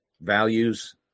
Values